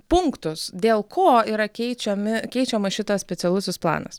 punktus dėl ko yra keičiami keičiamas šitas specialusis planas